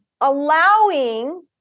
allowing